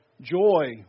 Joy